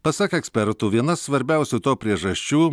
pasak ekspertų viena svarbiausių to priežasčių